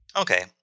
Okay